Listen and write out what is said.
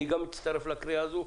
אני גם מצטרף לקריאה הזאת.